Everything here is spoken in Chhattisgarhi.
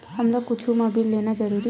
हमला कुछु मा बिल लेना जरूरी हे?